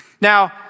Now